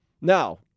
Now